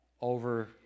over